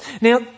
Now